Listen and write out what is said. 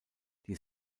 die